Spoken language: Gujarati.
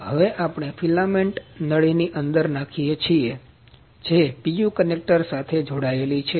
હવે આપણે ફિલામેન્ટ નળીની અંદર નાખીએ છીએ જે PU કનેક્ટર સાથે જોડાયેલી છે